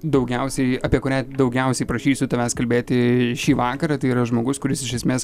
daugiausiai apie kurią daugiausiai prašysiu tavęs kalbėti šį vakarą tai yra žmogus kuris iš esmės